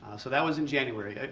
so that was in january.